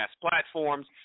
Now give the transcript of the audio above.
platforms